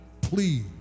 please